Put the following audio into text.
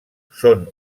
són